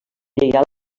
lleial